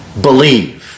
Believe